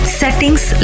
settings